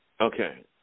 Okay